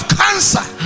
cancer